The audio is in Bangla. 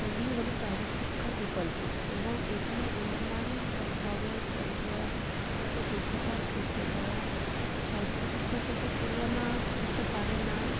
এইগুলি হল প্রাইভেট শিক্ষার বিকল্প এবং এখানে গুনমাণ বা খরচ অথবা যোগ্যতার ক্ষেত্রে তারা সরকারি শিক্ষার সাথে তুলনা করতে পারে না